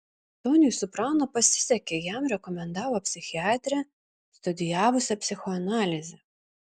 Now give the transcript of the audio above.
toniui sopranui pasisekė jam rekomendavo psichiatrę studijavusią psichoanalizę